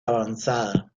avanzada